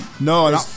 No